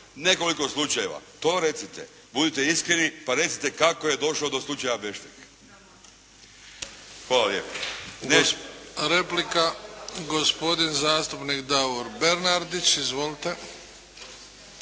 nekoliko slučajeva. To recite. Budite iskreni pa recite kako je došlo do slučaja Beštek. Hvala lijepa. **Bebić, Luka (HDZ)** Replika gospodin zastupnik Davor Bernardić. Izvolite.